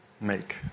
make